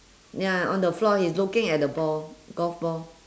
ya on the floor he's looking at the ball golf ball